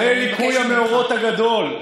זה ליקוי המאורות הגדול,